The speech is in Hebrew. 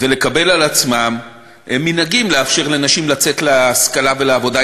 ולקבל על עצמם מנהגים: לאפשר לנשים לצאת להשכלה ולעבודה,